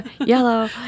yellow